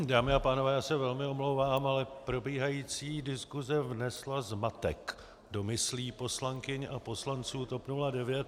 Dámy a pánové, já se velmi omlouvám, ale probíhající diskuse vnesla zmatek do myslí poslankyň a poslanců TOP 09.